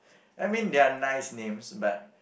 I mean they are nice names but